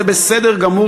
זה בסדר גמור,